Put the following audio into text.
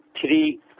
three